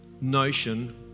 notion